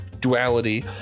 duality